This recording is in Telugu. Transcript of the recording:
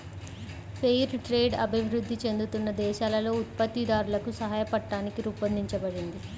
ఫెయిర్ ట్రేడ్ అభివృద్ధి చెందుతున్న దేశాలలో ఉత్పత్తిదారులకు సాయపట్టానికి రూపొందించబడింది